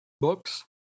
books